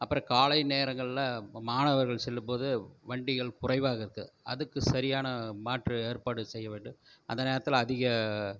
அப்புறம் காலை நேரங்களில் மாணவர்கள் செல்லும்போது வண்டிகள் குறைவாக இருக்குது அதுக்கு சரியான மாற்று ஏற்பாடு செய்ய வேண்டும் அந்த நேரத்தில் அதிக